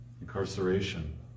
Incarceration